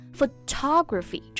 Photography